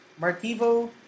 Martivo